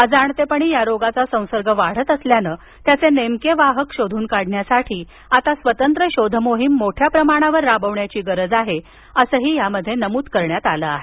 अजाणतेपणी या रोगाचा संसर्ग वाढत असल्यानं त्याचे नेमके वाहक शोधून काढण्यासाठी स्वतंत्र शोध मोहीम मोठ्या प्रमाणावर राबविण्याची गरज आहे असंही यामध्ये नमूद करण्यात आलं आहे